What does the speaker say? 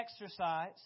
exercise